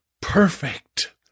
perfect